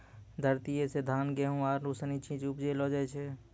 धरतीये से धान, गेहूं आरु सनी चीज उपजैलो जाय छै